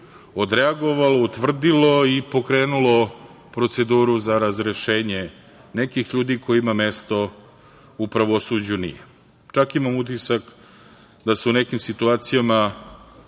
odreagovalo, utvrdilo i pokrenulo proceduru za razrešenje nekih ljudi kojima mesto u pravosuđu nije. Čak imam utisak da su u nekim situacijama